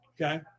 okay